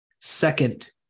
second